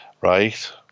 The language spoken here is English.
right